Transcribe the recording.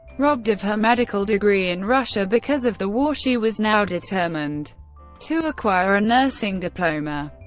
robbed of her medical degree in russia, because of the war, she was now determined to acquire a nursing diploma.